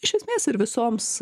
iš esmės ir visoms